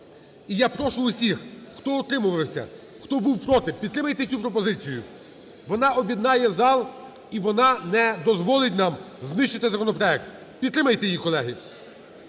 я прошу усіх, хто утримувався, хто був проти, підтримайте цю пропозицію, вона об'єднає зал і вона не дозволить нам знищити законопроект. Підтримайте її, колеги.